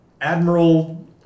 Admiral